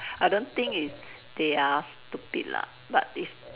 I don't think it's they are stupid lah but it's